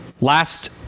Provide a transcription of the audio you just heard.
last